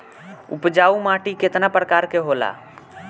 उपजाऊ माटी केतना प्रकार के होला?